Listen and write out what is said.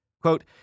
Quote